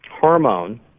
hormone